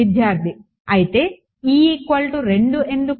విద్యార్థి అయితే ఎందుకు